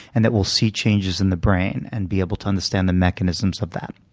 and that we'll see changes in the brain and be able to understand the mechanisms of that.